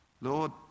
Lord